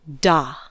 Da